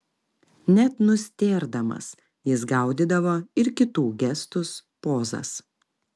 net nustėrdamas jis gaudydavo ir kitų gestus pozas